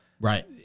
Right